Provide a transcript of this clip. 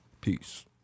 Peace